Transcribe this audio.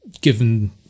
given